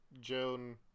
Joan